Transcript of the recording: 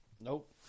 Nope